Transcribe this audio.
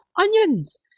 onions